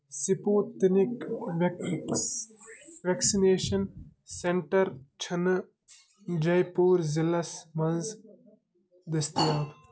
Sputnik ویٚکٕس vaccination centre چھِنہٕ Jaipur ضلَعس مَنٛز دٔستِیاب